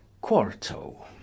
quarto